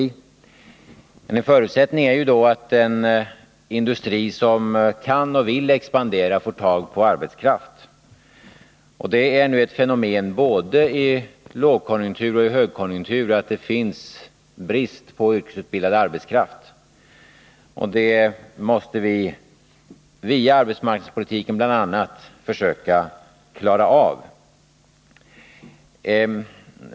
Men en förutsättning är då att en industri som kan och vill expandera får tag på arbetskraft. Det är emellertid ett fenomen både i lågkonjunktur och i högkonjunktur att det på sina håll råder brist på yrkesutbildad arbetskraft. Det problemet måste vi bl.a. via arbetsmarknadspolitiken försöka klara av.